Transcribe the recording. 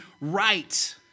right